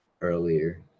earlier